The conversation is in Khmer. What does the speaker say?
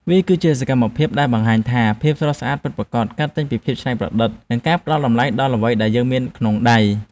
វាគឺជាសកម្មភាពដែលបង្ហាញថា ភាពស្រស់ស្អាតពិតប្រាកដ កើតចេញពីភាពច្នៃប្រឌិត និងការផ្ដល់តម្លៃដល់អ្វីដែលយើងមានក្នុងដៃ។